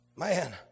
Man